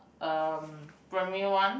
erm primary one